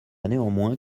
néanmoins